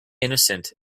innocent